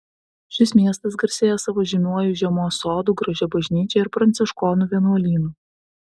šis miestas garsėja savo žymiuoju žiemos sodu gražia bažnyčia ir pranciškonų vienuolynu